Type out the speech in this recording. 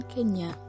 Kenya